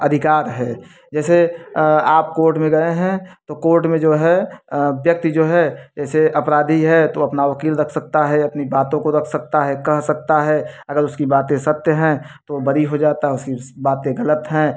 अधिकार है जैसे आप कोर्ट में गए हैं तो कोर्ट में जो है व्यक्ति जो है ऐसे अपराधी है तो अपना वकील रख सकता है अपनी बातों को रख सकता है कह सकता है अगर उसकी बातें सत्य हैं तो बरी हो जाता उस बातें गलत है